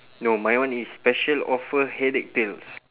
no mine one is special offer headache pills